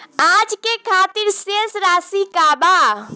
आज के खातिर शेष राशि का बा?